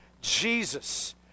Jesus